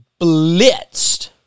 blitzed